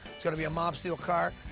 it's gonna be a mobsteel car,